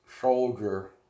soldier